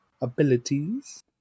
abilities